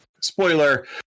spoiler